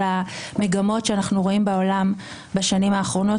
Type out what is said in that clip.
המגמות שאנחנו רואים בעולם בשנים האחרונות,